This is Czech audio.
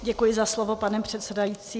Děkuji za slovo, pane předsedající.